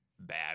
bad